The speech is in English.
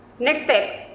next step,